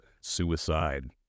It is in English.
suicide